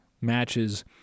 matches